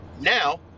now